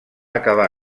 acabar